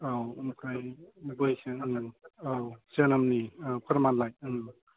औ ओमफ्राय बैसो औ जोनोमनि फोरमानलाइ ओं